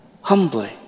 Humbly